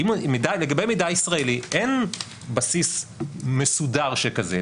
כי לגבי מידע ישראלי אין בסיס מסודר שכזה,